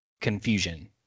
confusion